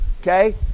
okay